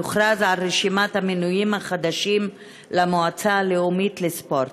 יוכרז על רשימת המינויים החדשים למועצה הלאומית לספורט.